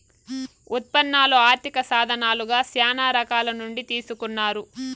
ఉత్పన్నాలు ఆర్థిక సాధనాలుగా శ్యానా రకాల నుండి తీసుకున్నారు